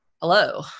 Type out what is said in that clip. hello